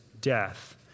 death